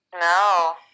No